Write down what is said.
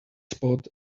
spot